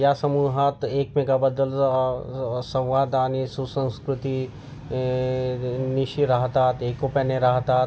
या समूहात एकमेकाबद्दल संवाद आणि सुसंस्कृती निशी राहतात एकोप्याने राहतात